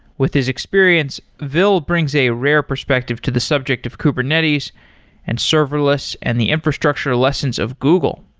with his experience, ville brings a rare perspective to the subject of kubernetes and serverless and the infrastructure lessons of google.